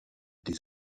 des